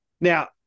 Now